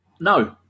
No